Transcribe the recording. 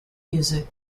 music